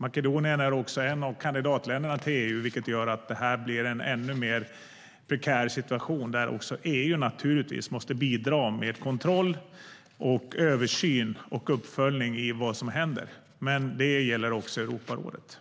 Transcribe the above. Makedonien är ett av kandidatländerna till EU, vilket gör att det blir en ännu mer prekär situation, där EU naturligtvis måste bidra med kontroll, översyn och uppföljning av vad som händer. Men det gäller också Europarådet.